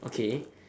okay